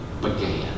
began